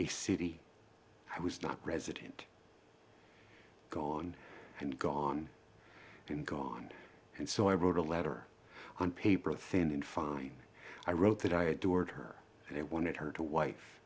a city i was not resident gone and gone and gone and so i wrote a letter on paper thin and fine i wrote that i adored her and i wanted her to wife